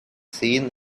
seen